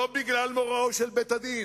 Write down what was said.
לא בגלל מוראו של בית-הדין,